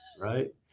Right